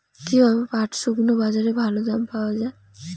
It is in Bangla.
কীভাবে পাট শুকোলে বাজারে ভালো দাম পাওয়া য়ায়?